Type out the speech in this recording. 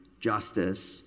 justice